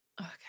Okay